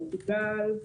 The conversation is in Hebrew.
פורטוגל,